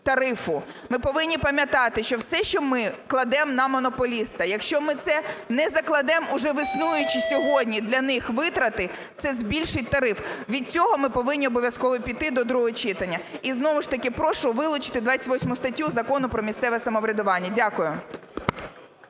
Ми повинні пам'ятати, що все, що ми кладемо на монополіста, якщо ми це не закладемо уже в існуючі сьогодні для них витрат це збільшить тариф. Від цього ми повинні обов'язково піти до другого читання. І знову ж таки прошу вилучити 28 статтю Закону про місцеве самоврядування. Дякую.